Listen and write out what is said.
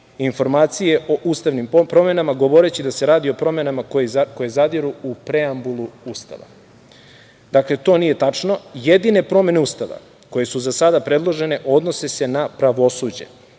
informacije o ustavnim promenama, govoreći da se radi o promenama koje zadiru u preambulu Ustava. Dakle, to nije tačno. Jedine promene Ustava koje su za sada predložene, odnose se na pravosuđe,